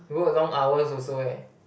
you work a long hours also eh